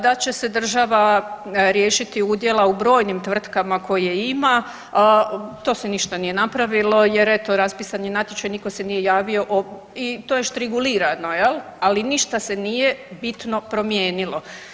Da će se država riješiti udjela u brojnim tvrtkama koje ima, to se ništa nije napravilo jer eto raspisan je natječaj nitko se nije javio i to je štrigulirano jel, ali ništa se nije bitno promijenilo.